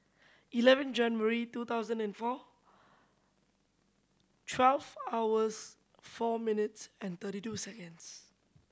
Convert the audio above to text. eleven January two thousand and four twelve hours four minutes and thirty two seconds